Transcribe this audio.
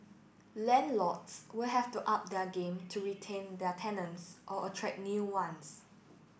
landlords will have to up their game to retain their tenants or attract new ones